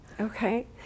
Okay